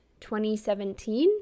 2017